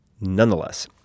Nonetheless